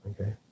Okay